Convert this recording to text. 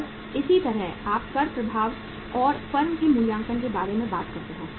और इसी तरह आप कर प्रभाव और फर्म के मूल्यांकन के बारे में बात करते हैं